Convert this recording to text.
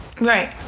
right